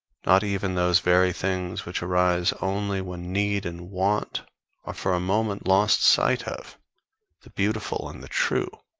not even those very things which arise only when need and want are for a moment lost sight of the beautiful and the true,